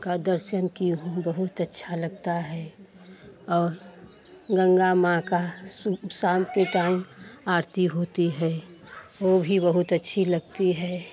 का दर्शन की हूँ बहुत अच्छा लगता है और गंगा माँ का शाम के टाइम आरती होती है वो भी बहुत अच्छी लगती है